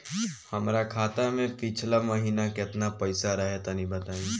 हमरा खाता मे पिछला महीना केतना पईसा रहे तनि बताई?